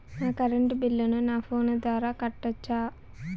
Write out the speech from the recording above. నా కరెంటు బిల్లును నా ఫోను ద్వారా కట్టొచ్చా?